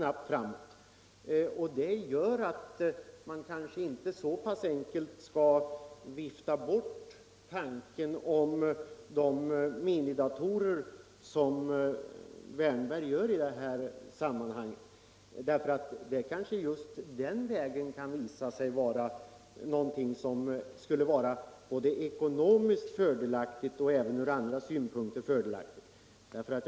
Av den anledningen skall man kanske inte så enkelt som herr Wärnberg gör vifta bort tanken på minidatorer. De kanske kommer att visa sig vara från både ekonomiska och andra synpunkter fördelaktigast.